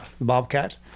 Bobcat